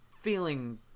feeling